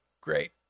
great